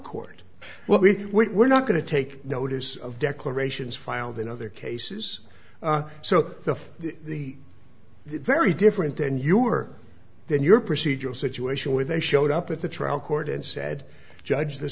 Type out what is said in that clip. court where we were not going to take notice of declarations filed in other cases so the the very different than you are then your procedural situation where they showed up at the trial court and said judge the